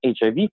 HIV